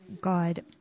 God